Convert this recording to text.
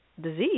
disease